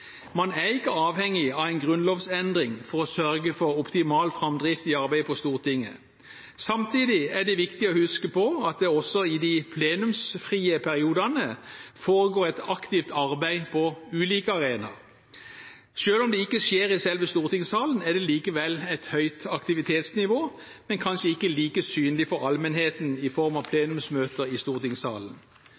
Man er ikke avhengig av en grunnlovsendring for å sørge for en optimal framdrift i arbeidet på Stortinget. Samtidig er det viktig å huske på at det også i de plenumsfrie periodene foregår et aktivt arbeid på ulike arenaer. Selv om det ikke skjer i selve stortingssalen, er det likevel et høyt aktivitetsnivå, men kanskje ikke like synlig for allmenheten i form av plenumsmøter i stortingssalen.